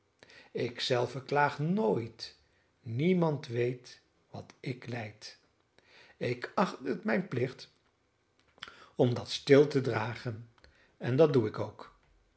ik zelve klaag nooit niemand weet wat ik lijd ik acht het mijn plicht om dat stil te dragen en dat doe ik ook